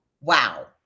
Wow